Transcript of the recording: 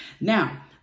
now